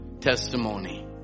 testimony